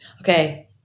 Okay